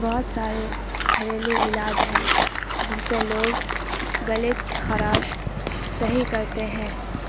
بہت سارے گھریلو علاج ہیں جن سے لوگ گلے خراش صحیح کرتے ہیں